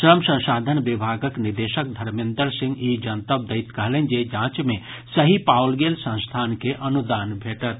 श्रम संसाधन विभागक निदेशक धर्मेन्द्र सिंह ई जनतब दैत कहलनि जे जांच मे सही पाओल गेल संस्थान के अनुदान भेटत